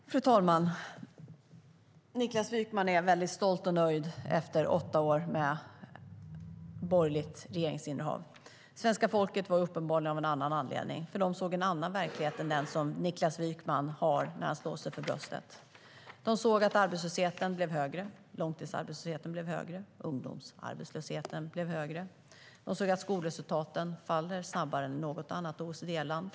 Fru talman! Niklas Wykman är väldigt stolt och nöjd efter åtta år med borgerligt regeringsinnehav. Svenska folket var uppenbarligen av en annan uppfattning. De såg en annan verklighet än den som Niklas Wykman ser när han slår sig för bröstet. De såg att arbetslösheten blev högre. Långtidsarbetslösheten blev högre. Ungdomsarbetslösheten blev högre. De såg att skolresultaten föll snabbare än i något annat OECD-land.